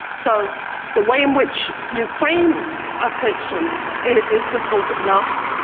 so the way in which you frame a question is difficult enough.